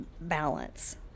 balance